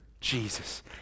Jesus